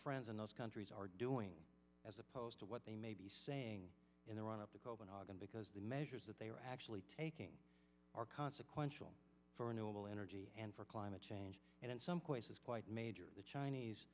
friends in those countries are doing as opposed to what they may be saying in the run up to copenhagen because the measures that they are actually taking are consequential for a noble energy and for climate change and in some cases quite major the chinese